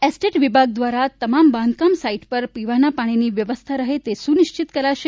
estate વિભાગ દ્વારા તમામ બાંધકામ સાઇટ પર પીવાના પાણીની વ્યવસ્થા રહે તે સુનિશ્ચિત કરાશે